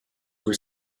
were